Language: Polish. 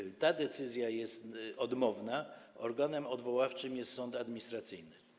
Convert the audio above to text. Jeśli i ta decyzja jest odmowna, organem odwoławczym jest sąd administracyjny.